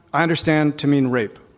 i understand to mean rape,